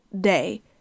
day